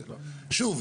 שוב,